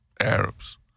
Arabs